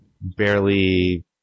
barely